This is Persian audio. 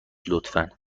لطفا